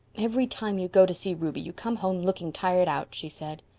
every time you go to see ruby you come home looking tired out, she said.